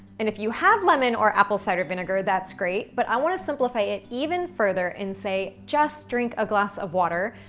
and if you have lemon or apple cider vinegar, that's great, but i wanna simplify it even further and say just drink a glass of water,